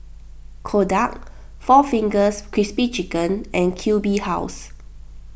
Kodak four Fingers Crispy Chicken and Q B House